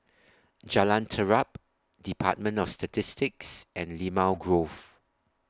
Jalan Terap department of Statistics and Limau Grove